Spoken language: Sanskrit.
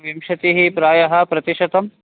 विंशतिः प्रायः प्रतिशतं